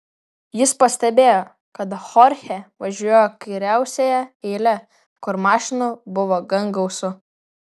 jis pastebėjo kad chorchė važiuoja kairiausiąja eile kur mašinų buvo gan gausu